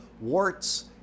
warts